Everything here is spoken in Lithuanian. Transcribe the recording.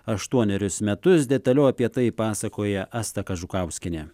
aštuonerius metus detaliau apie tai pasakoja asta kažukauskienė